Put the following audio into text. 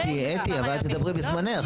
אתי, את תדברי בזמנך.